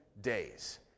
days